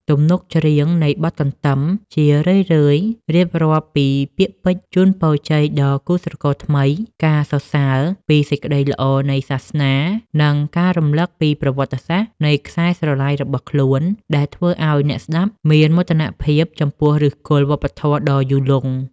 ទំនុកច្រៀងនៃបទកន្ទឹម ជារឿយៗរៀបរាប់ពីពាក្យពេចន៍ជូនពរជ័យដល់គូស្រករថ្មី ការសរសើរពីសេចក្តីល្អនៃសាសនា និងការរំលឹកពីប្រវត្តិសាស្ត្រនៃខ្សែស្រឡាយរបស់ខ្លួន ដែលធ្វើឱ្យអ្នកស្តាប់មានមោទនភាពចំពោះឫសគល់វប្បធម៌ដ៏យូរលង់។